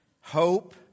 hope